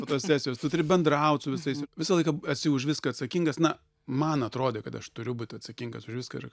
fotosesijos tu turi bendraut su visais visą laiką esi už viską atsakingas na man atrodė kad aš turiu būti atsakingas už viską ir